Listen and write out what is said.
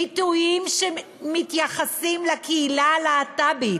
ביטויים שמתייחסים לקהילה הלהט"בית,